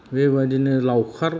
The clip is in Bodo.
बेबादिनो लावखार